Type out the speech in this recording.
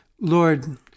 Lord